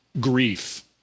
grief